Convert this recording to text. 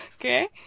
Okay